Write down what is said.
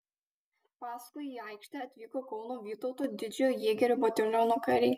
paskui į aikštę atvyko kauno vytauto didžiojo jėgerių bataliono kariai